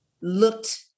looked